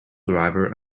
driver